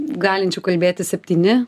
galinčių kalbėti septyni